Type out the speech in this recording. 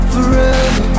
Forever